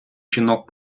жінок